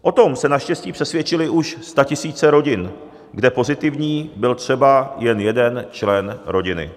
O tom se naštěstí přesvědčily už statisíce rodin, kde pozitivní byl třeba jen jeden člen rodiny.